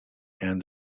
and